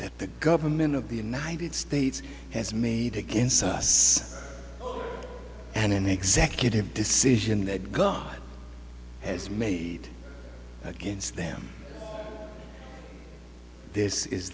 that the government of the united states has made against us and an executive decision that god has made against them this is